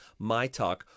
mytalk